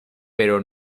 pero